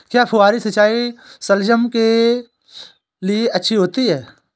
क्या फुहारी सिंचाई शलगम के लिए अच्छी होती है?